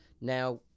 Now